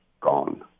gone